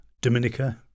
Dominica